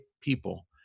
people